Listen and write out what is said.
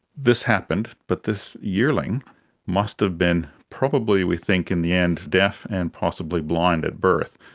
this happened, but this yearling must have been probably we think in the end deaf and probably blind at birth.